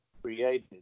created